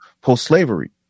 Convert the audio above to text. post-slavery